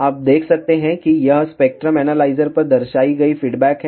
आप देख सकते हैं कि यह स्पेक्ट्रम एनालाइजर पर दर्शाई गई फीडबैक है